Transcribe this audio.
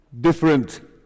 Different